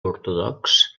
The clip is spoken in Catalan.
ortodox